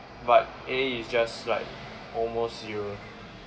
but A is just like almost zero